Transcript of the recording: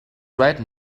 right